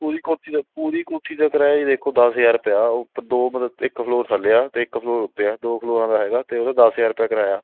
ਪੂਰੀ ਕੋਠੀ ਦਾ ਪੂਰੀ ਕੋਠੀ ਦਾ ਕਿਰਾਇਆ ਜੀ ਦੋਖੋ ਦਸ ਹਜ਼ਾਰ ਰੁਪਿਆ ਓ ਪ ਦੋ ਮਤਲਬ ਇੱਕ ਫਲੋਰ ਥੱਲੇ ਆ ਅਤੇ ਇੱਕ ਫਲੋਰ ਉੱਤੇ ਆ ਦੋ ਫਲੋਰਾਂ ਦਾ ਹੈਗਾ ਅਤੇ ਉਹਦਾ ਦਸ ਹਜ਼ਾਰ ਰੁਪਿਆ ਕਿਰਾਇਆ